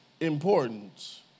importance